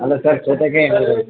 ಅಲ್ಲ ಸರ್ ಸೌತೆಕಾಯಿ